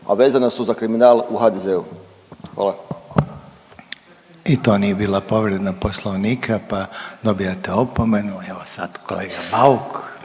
a vezana su za kriminal u HDZ-u. Hvala. **Reiner, Željko (HDZ)** I to nije bila povreda poslovnika pa dobijate opomenu. Evo sad kolega Bauk